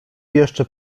jeszcze